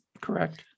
correct